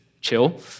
chill